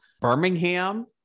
Birmingham